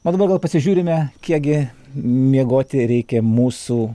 o dabar gal pasižiūrime kiek gi miegoti reikia mūsų